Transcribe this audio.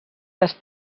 les